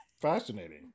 fascinating